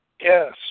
Yes